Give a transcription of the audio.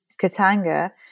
Katanga